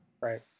Right